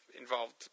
involved